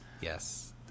Yes